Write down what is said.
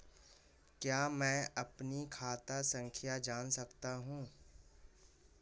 क्या मैं अपनी खाता संख्या जान सकता हूँ?